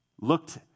looked